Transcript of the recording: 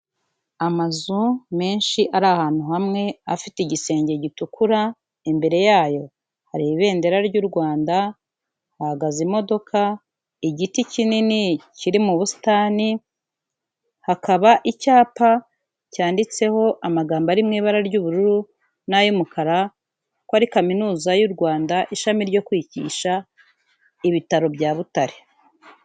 Amazu menshi ari ahantu hamwe, afite igisenge gitukura, imbere yayo hari ibendera ry'u Rwanda hahagaze imodoka, igiti kinini kiri mu busitani, hakaba icyapa cyanditseho amagambo ari mu ibara ry'ubururu n'ay'umukara, ko ari kaminuza y'u Rwanda ishami ryo kwigisha ibitaro bya Butare.